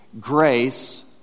grace